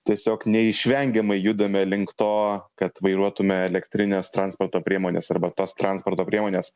tiesiog neišvengiamai judame link to kad vairuotume elektrines transporto priemones arba tas transporto priemones